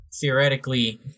theoretically